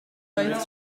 both